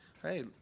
Hey